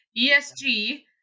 ESG